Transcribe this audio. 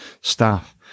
staff